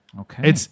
Okay